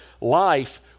life